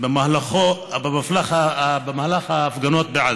במהלך ההפגנות בעזה.